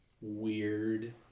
weird